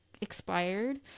expired